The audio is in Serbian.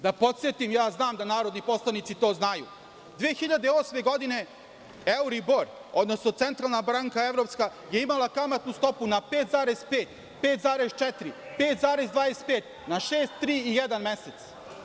Da podsetim, znam da narodni poslanici to znaju, 2008. godine euribor, odnosno Evropska centralna banka je imala kamatnu stopu na 5,5, 5,4, 5,25, na 6,3 i jedan mesec.